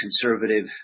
conservative